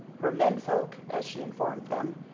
her men-folk, as she informed him,